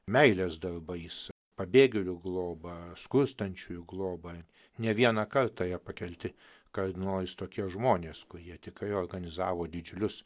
meilės darbais pabėgėlių globa skurstančiųjų globa ne vieną kartą jie pakelti kardinolais tokie žmonės kurie tikrai organizavo didžiulius